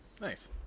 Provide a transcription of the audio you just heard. nice